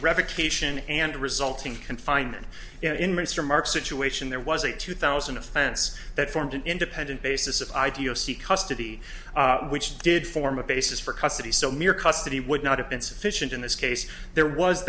revocation and resulting confinement in mr mark situation there was a two thousand and ten pts that formed an independent basis ideo see custody which did form a basis for custody so mere custody would not have been sufficient in this case there was